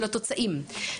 של התוצרים,